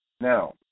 Now